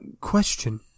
question